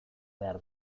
behar